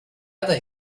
other